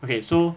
okay so